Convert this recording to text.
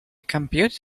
computed